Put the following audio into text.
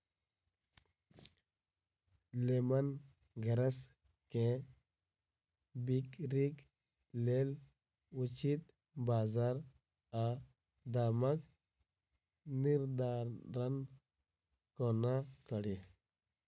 Lemon grass केँ बिक्रीक लेल उचित बजार आ दामक निर्धारण कोना कड़ी?